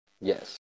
Yes